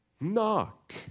knock